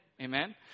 Amen